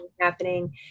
happening